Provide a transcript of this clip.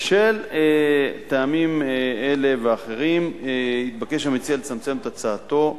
מטעמים אלה ואחרים התבקש המציע לצמצם את הצעתו,